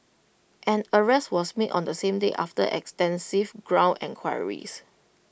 an arrest was made on the same day after extensive ground enquiries